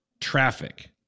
Traffic